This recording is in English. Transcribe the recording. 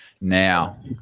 Now